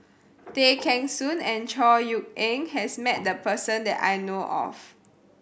Tay Kheng Soon and Chor Yeok Eng has met this person that I know of